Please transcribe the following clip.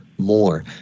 more